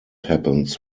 happens